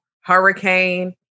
hurricane